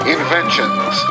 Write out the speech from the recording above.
Inventions